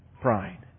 pride